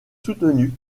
soutenu